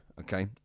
okay